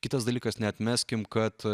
kitas dalykas neatmeskim kad